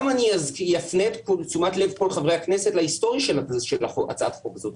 גם אני אפנה פה את תשומת לב כל חברי הכנסת להיסטוריה של הצעת החוק הזאת.